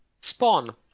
Spawn